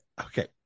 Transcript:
Okay